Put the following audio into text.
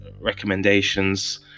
recommendations